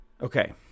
Okay